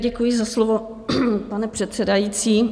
Děkuji za slovo, pane předsedající.